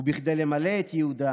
וכדי למלא את ייעודה